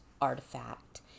artifact